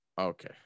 Okay